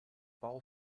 bau